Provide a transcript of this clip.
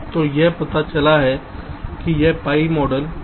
तो यह पता चला है कि यह pi मॉडल का एक खंड है